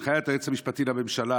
עם הנחיית היועץ המשפטי לממשלה